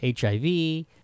HIV